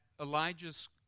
Elijah's